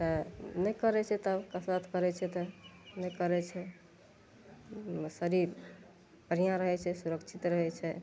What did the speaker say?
तऽ नहि करै छै तब कसरत करै छै नहि करै छै शरीर बढ़िआँ रहै छै सुरक्षित रहै छै